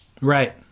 Right